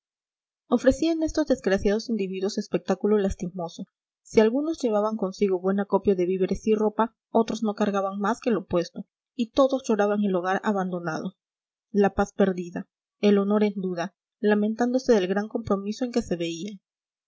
ofrecían estos desgraciados individuos espectáculo lastimoso si algunos llevaban consigo buen acopio de víveres y ropa otros no cargaban más que lo puesto y todos lloraban el hogar abandonado la paz perdida el honor en duda lamentándose del gran compromiso en que se veían